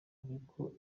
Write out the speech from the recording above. ariko